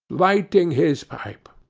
lighting his pipe